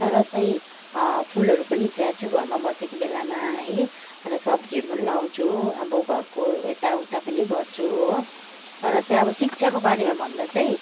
र चाहिँ फुलहरू पनि स्याहार्छु घरमा बसेको बेलामा है र सब्जीहरू पनि लगाउँछु अब घरको यताउता पनि गर्छु हो र चाहिँ अब शिक्षाको बारेमा भन्दा चाहिँ